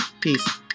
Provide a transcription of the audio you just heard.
Peace